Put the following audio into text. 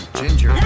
ginger